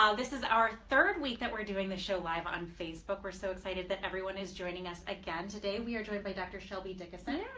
this is our third week that we're doing the show live on facebook. we're so excited that everyone is joining us again. today we are joined by dr. shelby dickinson.